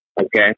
Okay